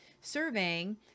Surveying